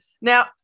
now